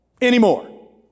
anymore